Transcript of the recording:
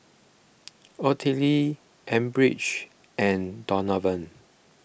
Ottilie Elbridge and Donovan